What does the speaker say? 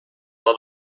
lot